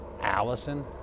Allison